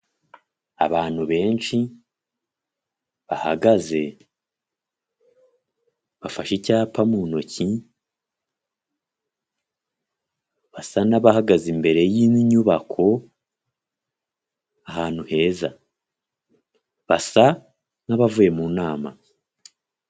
Abantu benshi bahagaze bafashe icyapa mu ntoki, basa n'abahagaze imbere y'Inyubako ahantu heza. Basa nk'abavuye mu nama.